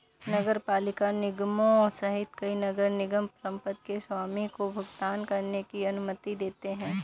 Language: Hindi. नगरपालिका निगमों सहित कई नगर निगम संपत्ति के स्वामी को भुगतान करने की अनुमति देते हैं